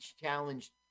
challenge